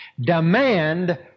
Demand